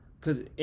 Cause